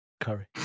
curry